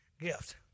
gift